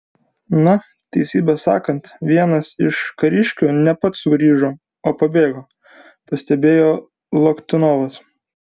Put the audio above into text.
na teisybę sakant vienas iš kariškių ne pats sugrįžo o pabėgo pastebėjo loktionovas